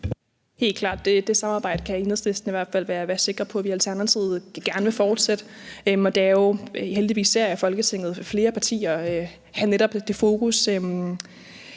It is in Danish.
helt klart. Det samarbejde kan Enhedslisten i hvert fald være sikre på at vi i Alternativet gerne vil fortsætte. Heldigvis ser jeg i Folketinget flere partier have netop det fokus.